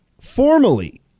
formally